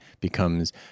becomes